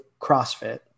CrossFit